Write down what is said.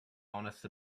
honest